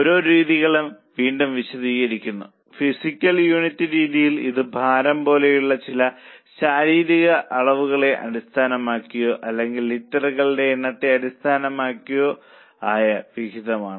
ഓരോ രീതികളും വീണ്ടും വിശദീകരിക്കുന്നു ഫിസിക്കൽ യൂണിറ്റ് രീതിയിൽ ഇത് ഭാരം പോലുള്ള ചില ശാരീരിക അളവുകളെ അടിസ്ഥാനമാക്കിയോ അല്ലെങ്കിൽ ലിറ്ററുകളുടെ എണ്ണത്തെ അടിസ്ഥാനമാക്കിയുള്ളതോ ആയ വിഹിതമാണ്